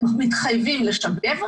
הם מתחייבים לשבב,